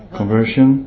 conversion